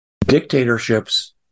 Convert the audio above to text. Dictatorships